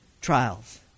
trials